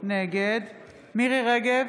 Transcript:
נגד מירי מרים רגב,